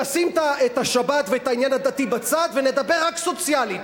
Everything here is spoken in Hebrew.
נשים את השבת ואת העניין הדתי בצד ונדבר רק סוציאלית.